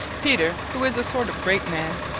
peter, who is a sort of great man,